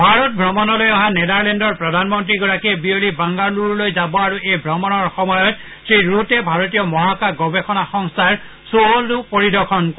ভাৰত অমণলৈ অহা নেডাৰলেণ্ডৰ প্ৰধানমন্ত্ৰীগৰাকীয়ে বিয়লি বাংগালুকলৈ যাব আৰু এই ভ্ৰমণৰ সময়ত শ্ৰীৰুটে ভাৰতীয় মহাকাশ গৱেষণা সংস্থাৰ চৌহদণ্ড পৰিদৰ্শন কৰিব